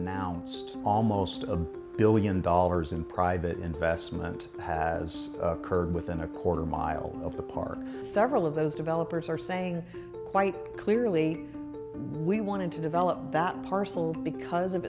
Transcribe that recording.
d almost a billion dollars in private investment has occurred within a quarter mile of the park several of those developers are saying quite clearly we wanted to develop that parcel because of